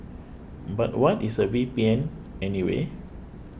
but what is a V P N anyway